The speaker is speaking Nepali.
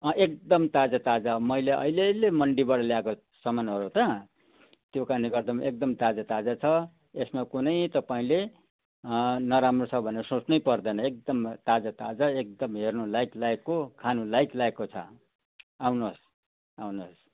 अँ एकदम ताजाताजा मैले अहिले अहिले मन्डीबाट ल्याएको सामानहरू हो त त्यो कारणले गर्दा एकदम ताजाताजा छ यसमा कुनै तपाईँले नराम्रो छ भनेर सोच्नै पर्दैन एकदम ताजाताजा एकदम हेर्नु लायक लायकको खानु लायक लायकको छ आउनुहोस् आउनुहोस्